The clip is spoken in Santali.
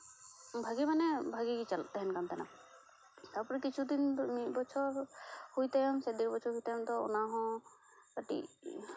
ᱵᱷᱟᱜᱮ ᱢᱟᱱᱮ ᱵᱷᱟᱜᱮ ᱜᱮ ᱪᱟᱞᱟᱜ ᱛᱟᱦᱮᱱ ᱠᱟᱱ ᱛᱟᱦᱮᱱᱟ ᱛᱟᱯᱚᱨᱮ ᱠᱤᱪᱷᱩ ᱫᱤᱱ ᱢᱤᱫ ᱵᱚᱪᱷᱚᱨ ᱦᱩᱭ ᱛᱟᱭᱚᱢ ᱥᱮ ᱰᱮᱲ ᱵᱚᱪᱷᱚᱨ ᱦᱩᱭ ᱛᱟᱭᱚᱢ ᱚᱱᱟ ᱦᱚᱸ ᱠᱟᱹᱴᱤᱡ